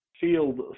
Field